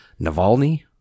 Navalny